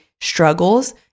struggles